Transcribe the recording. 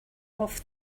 off